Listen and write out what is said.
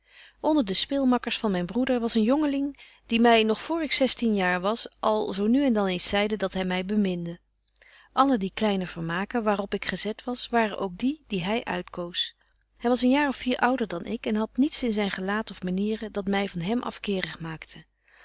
onder de speelmakkers van myn broeder was een jongeling die my nog voor ik zestien jaar was al zo nu en dan eens zeide dat hy my beminde alle die kleine vermaken waar op ik gezet was waren ook die die hy uitkoos hy was een jaar of vier ouder dan ik en hadt niets in zyn gelaat of manieren dat my van hem afkerig maakte